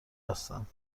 هستم